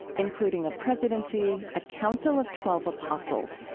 including a presidency, a council of twelve apostles,